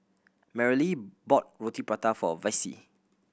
Merrily bought Roti Prata for Vicy